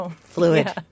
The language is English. Fluid